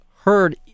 heard